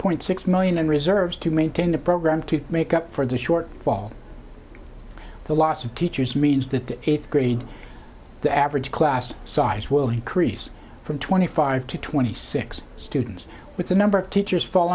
point six million and reserves to maintain the program to make up for the short fall the loss of teachers means that the eighth grade the average class size will increase from twenty five to twenty six students with the number of teachers